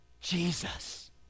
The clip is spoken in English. Jesus